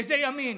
איזה ימין.